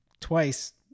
twice